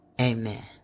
Amen